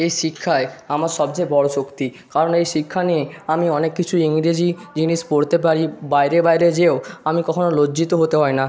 এই শিক্ষায় আমার সবচেয়ে বড়ো শক্তি কারণ এই শিক্ষা নিয়ে আমি অনেক কিছুই ইংরেজি জিনিস পড়তে পারি বাইরে বাইরে যেও আমি কখনও লজ্জিত হতে হয় না